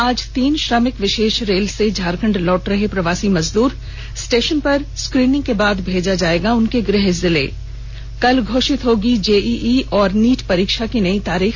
आज तीन श्रमिक विषेष रेल से झारखंड लौट रहे प्रवासी मजदूर स्टेषन पर स्क्रीनिंग के बाद भेजा जाएगा उनके गृह जिले कल घोषित होगी जेईई और नीट परीक्षा की नई तारीख